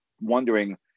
wondering